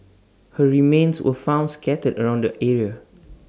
her remains were found scattered around the area